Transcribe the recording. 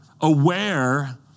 aware